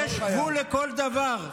יש גבול לכל דבר.